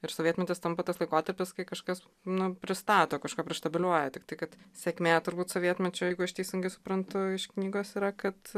ir sovietmetis tampa tas laikotarpis kai kažkas nu pristato kažko prištabeliuoja tiktai kad sėkmė turbūt sovietmečio jeigu aš teisingai suprantu iš knygos yra kad